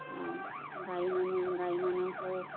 ଆଉ ଗାଇମାନେ ଗାଇମାନଙ୍କୁ